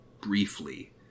briefly